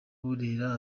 burera